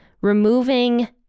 removing